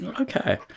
Okay